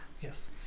Yes